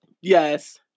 Yes